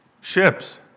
Ships